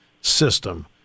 system